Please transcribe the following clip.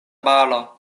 balo